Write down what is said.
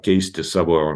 keisti savo